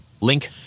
Link